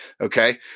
Okay